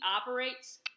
operates